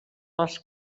les